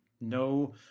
No